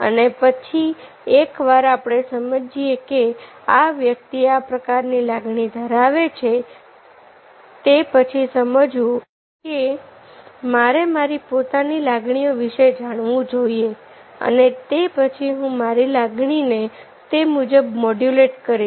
અને પછી એક વાર આપણે સમજીએ કે આ વ્યક્તિ આ પ્રકારની લાગણીઓ ધરાવે છે તે પછી સમજવું કે મારે મારી પોતાની લાગણીઓ વિશે જાણવું જોઈએ અને તે પછી હું મારી લાગણીને તે મુજબ મોડ્યુલેટ કરીશ